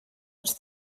ens